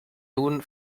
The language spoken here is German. nun